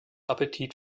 appetit